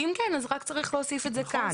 כי אם כן, אז רק צריך להוסיף את זה כאן.